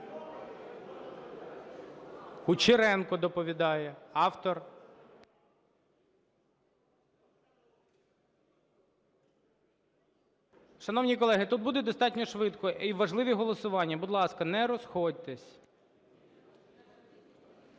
Кучеренко доповідає – автор. Шановні колеги, тут буде достатньо швидко, і важливі голосування. Будь ласка, не розходьтесь.